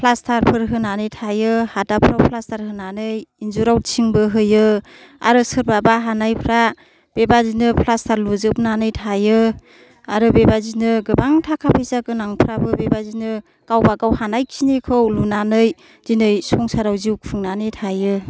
प्लास्तारफोर होनानै थायो हादाबफोराव प्लास्तार होनानै इनजुरआव थिंबो होयो आरो सोरबाफ्रा हानायफ्रा बेबायदिनो प्लास्टार लुजोबनानै थायो आरो बेबायदिनो गोबां थाखा फैसा गोनांफ्राबो बेबायदिनो गावबागाव हानायखिनिखौ लुनानै दिनै संसाराव जिउ खुंनानै थायो